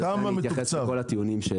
אני אתייחס לכל הטיעונים.